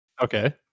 Okay